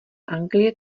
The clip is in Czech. anglie